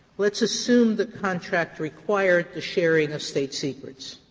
let's assume the contract required the sharing of state secrets